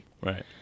Right